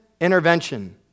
intervention